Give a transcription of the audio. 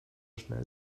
schnell